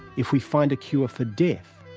if we find a cure for death,